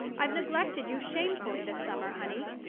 i've neglected you shamefully this summer, honey,